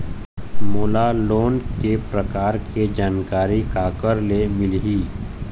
मोला लोन के प्रकार के जानकारी काकर ले मिल ही?